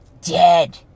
Dead